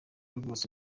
rwose